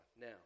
Now